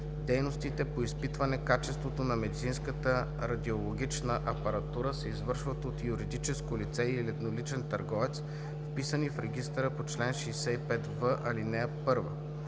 Дейностите по изпитване качеството на медицинската радиологична апаратура се извършват от юридическо лице или едноличен търговец, вписани в регистъра по чл. 65в, ал. 1.